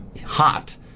hot